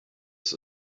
ist